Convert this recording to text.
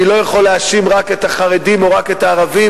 אני לא יכול להאשים רק את החרדים או רק את הערבים,